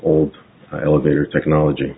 old elevator technology